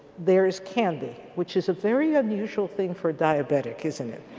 there is candy. which is a very unusual thing for a diabetic isn't it?